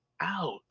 out